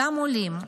אותם עולים,